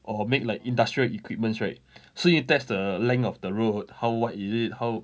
or make like industrial equipments right so you test the length of the road how what is it how